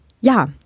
Ja